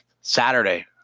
saturday